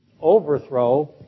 Overthrow